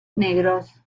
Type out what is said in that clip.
negros